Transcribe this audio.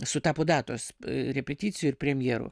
sutapo datos repeticijų ir premjerų